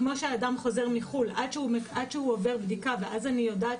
כמו שאדם חוזר מחו"ל עד שהוא עובר בדיקה ואז אני יודעת